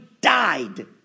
died